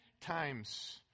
times